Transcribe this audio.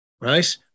right